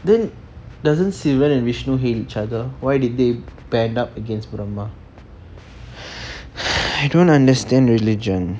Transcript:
then doesn't sivan and vishnu hate each other why did they gang up against brahma I don't understand religion